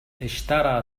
اشترى